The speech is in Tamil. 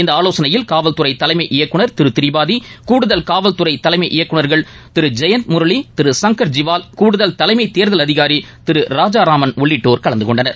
இந்த ஆலோசனையில் காவல்துறை தலைமை இயக்குனர் திரு திரிபாதி கூடுதல் காவல்துறை தலைமை இயக்குனர்கள் திரு ஜெயந்த் முரளி திரு சங்கர் ஜிவால் கூடுதல் தலைமை தேர்தல் அதிகாரி திரு ராஜாராமன் உள்ளிட்டோர் கலந்துகொண்டனர்